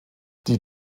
die